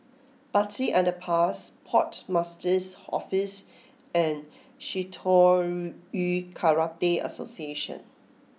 Bartley Underpass Port Master's Office and Shitoryu Karate Association